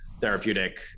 therapeutic